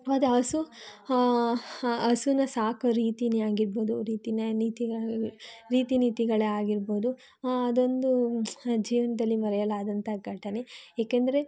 ಅದು ಹಸು ಹಸುನ ಸಾಕೋ ರೀತೀನೆ ಆಗಿರಬಹುದು ರೀತೀನೆ ನೀತಿಗಳು ರೀತಿ ನೀತಿಗಳೇ ಆಗಿರಬಹುದು ಅದೊಂದು ಜೀವನದಲ್ಲಿ ಮರೆಯಲಾಗದಂತ ಘಟನೆ ಏಕೆಂದರೆ